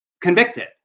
convicted